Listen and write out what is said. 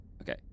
Okay